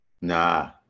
Nah